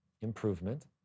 improvement